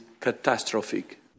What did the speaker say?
catastrophic